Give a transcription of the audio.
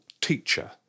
teacher